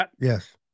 Yes